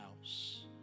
house